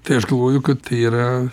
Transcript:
tai aš galvoju kad tai yra